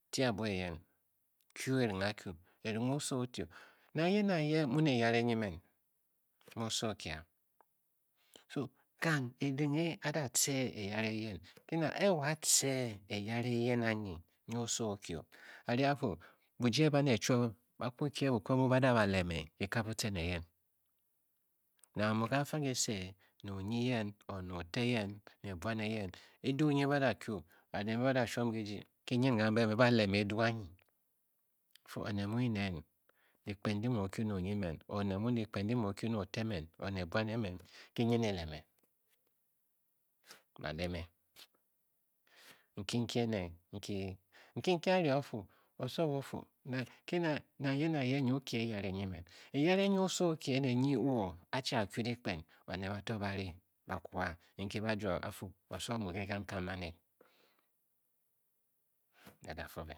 Ti abuo eyen Kyu erenghe a Kyu. erenghe oso o-ti o. nang ye nang ye mu ne eyare nyi men mu oso o-kyi aso kan erenghe a da tce eyare yen ke na ke wo a tce eyare eyen anyi nyi oso o-kyio. a ri afu bujie baned chuo ba kwu kye bukib mbu ba da ba leme kika butcen eyen nang amu kafa Kise ne onyi yen or ne oye yen ne buan eyen. edu nyi ba da Kyu. baned mbe da shuom kijii ki nyin kambe mbe ba leme edu anyi. ba Fu oned mu nyin nen dyikpen ndi mu okpyubne onyi men or ne buan emen ki nyin eleme ba leme nki nki ene nki. nki nki a ri a Fu osowo o-fu nang nkina nang ye nang ye nyi o-kye a eyare nyi men eyare nyi oso o-kyi o ene nyi wo a chi a Kyu dyikpen baned bato ba ri ba kwa. nki nki a juo ba fuu. oso mu ke Kang Kang baned aga gwo ben